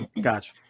Gotcha